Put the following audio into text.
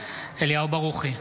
אליהו ברוכי,